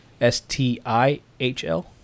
S-T-I-H-L